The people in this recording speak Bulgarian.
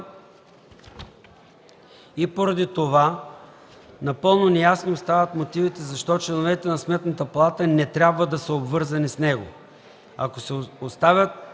и поради това напълно неясни остават мотивите защо членовете на Сметната палата не трябва да са обвързани с него. Ако се установят